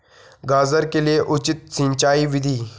गाजर के लिए उचित सिंचाई विधि?